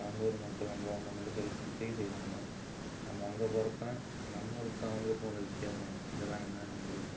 இப்போ அந்த ஊர் மக்கள் ஹெல்ப் உதவி செய்வாங்க நம்ம அங்கே போகிறப்ப நம்ம ஊருக்கும் அவங்க ஊருக்கும் உள்ள வித்தியாசம் இது எல்லாம் என்ன நம்ம